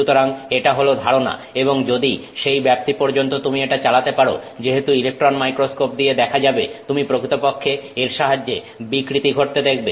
সুতরাং এটা হল ধারণা এবং যদি সেই ব্যাপ্তি পর্যন্ত তুমি এটি চালাতে পারো যেহেতু ইলেকট্রন মাইক্রোস্কোপ দিয়ে দেখা যাবে তুমি প্রকৃতপক্ষে এর সাহায্যে বিকৃতি ঘটতে দেখবে